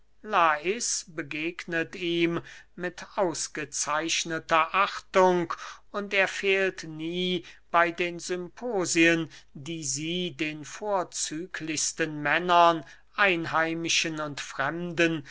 begegnet ihm mit ausgezeichneter achtung und er fehlt nie bey den symposien die sie den vorzüglichsten männern einheimischen und fremden